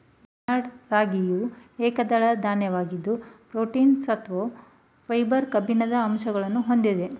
barnyard ರಾಗಿಯು ಏಕದಳ ಧಾನ್ಯವಾಗಿದ್ದು ಪ್ರೋಟೀನ್, ಸತ್ತು, ಫೈಬರ್, ಕಬ್ಬಿಣದ ಅಂಶಗಳನ್ನು ಹೊಂದಿದೆ